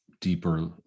deeper